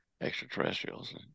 extraterrestrials